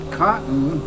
cotton